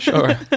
Sure